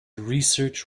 research